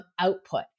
output